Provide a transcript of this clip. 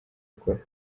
akora